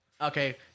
Okay